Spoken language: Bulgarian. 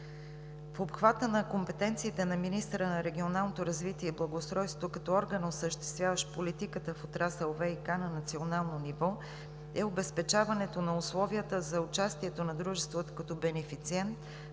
В обхвата на компетенциите на министъра на регионалното развитие и благоустройството като орган, осъществяващ политиката в отрасъл ВиК на национално ниво, е обезпечаването на условията за участието на дружествата като бенефициент